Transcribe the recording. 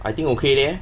I think okay leh